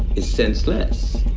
is senseless